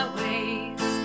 ways